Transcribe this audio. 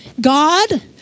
God